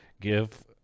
Give